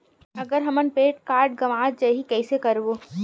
अगर हमर pan card गवां जाही कइसे करबो?